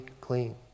clean